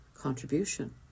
contribution